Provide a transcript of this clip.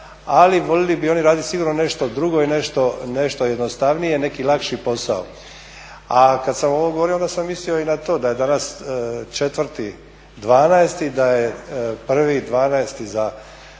ali voljeli bi oni raditi sigurno nešto drugo i nešto jednostavnije, neki lakši posao. A kada sam ovo govorio onda sam mislio i na to da je danas 4.12. da je 1.1. za